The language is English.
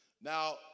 Now